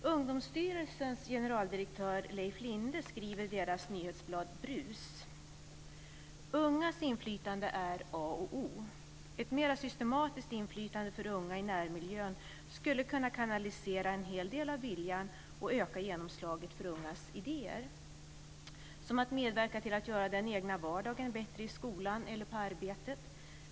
Ungdomsstyrelsens generaldirektör Leif Linde skriver i deras nyhetsblad BRUS: "Ungas inflytande är A och O. Ett mera systematiskt inflytande för unga i närmiljön skulle kunna kanalisera en hel del av viljan och öka genomslaget för ungas idéer. Som att medverka till att göra den egna vardagen bättre i skolan eller på arbetet.